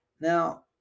Now